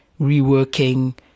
reworking